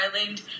island